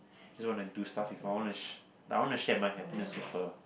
just wanna do stuff with her I wanna sh~ I want to share my happiness with her